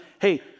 hey